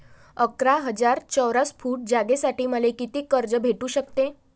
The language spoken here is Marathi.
अकरा हजार चौरस फुट जागेसाठी मले कितीक कर्ज भेटू शकते?